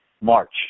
March